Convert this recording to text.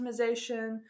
optimization